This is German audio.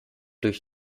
durch